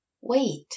wait